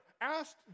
asked